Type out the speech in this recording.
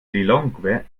lilongwe